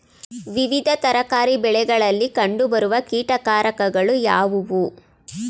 ವಿವಿಧ ತರಕಾರಿ ಬೆಳೆಗಳಲ್ಲಿ ಕಂಡು ಬರುವ ಕೀಟಕಾರಕಗಳು ಯಾವುವು?